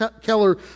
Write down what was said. Keller